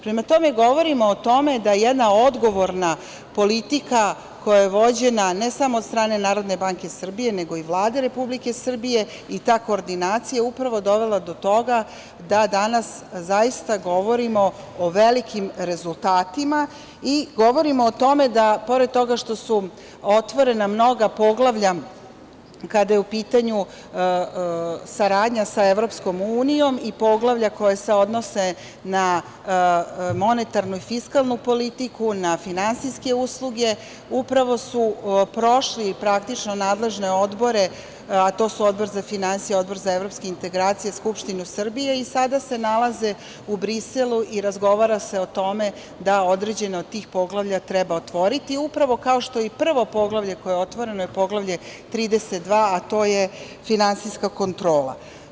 Prema tome, govorimo o tome da jedna odgovorna politika, koja je vođena ne samo od strane Narodne banke Srbije, nego i Vlade Republike Srbije, i ta koordinacija je upravo dovela do toga da danas zaista govorimo o velikim rezultatima i govorimo o tome da, pored toga što su otvorena mnoga poglavlja kada je u pitanju saradnja sa EU i poglavlja koja se odnose na monetarnu i fiskalnu politiku, na finansijske usluge, upravo su prošli praktično nadležne odbore, a to su Odbor za finansije, Odbor za evropske integracije, Skupštinu Srbije i sada se nalaze u Briselu i razgovara se o tome da određene od tih poglavlja treba otvoriti, upravo kao što je i prvo poglavlje koje je otvoreno je poglavlje 32, a to je finansijska kontrola.